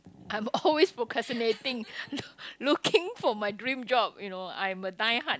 I'm always procrastinating look looking for my dream job you know I'm a die hard